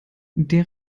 der